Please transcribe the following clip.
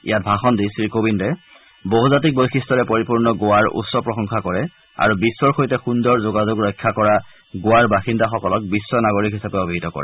ইয়াত ভাষণ দি শ্ৰীকোবিন্দে বহুজাতিক বৈশিষ্ট্যৰে পৰিপূৰ্ণ গোৱাৰ উচ্চ প্ৰশাংসা কৰে আৰু বিশ্বৰ সৈতে সুন্দৰ যোগাযোগ ৰক্ষা কৰা গোৱাৰ বাসিন্দাসকলক বিখ্ নাগৰিক হিচাপে অভিহীত কৰে